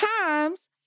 times